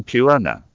Purana